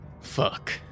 fuck